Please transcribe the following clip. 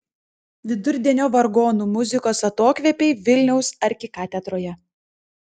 vidurdienio vargonų muzikos atokvėpiai vilniaus arkikatedroje